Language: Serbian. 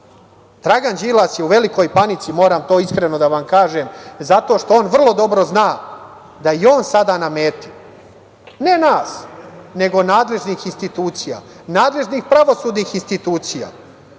Dragan Đilas je u velikoj panici, moram to iskreno da vam kažem, zato što on vrlo dobro zna da je on sada na meti ne nas, nego nadležnih institucija, nadležnih pravosudnih institucija.